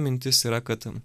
mintis yra kad